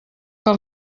que